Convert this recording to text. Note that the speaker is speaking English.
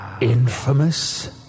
Infamous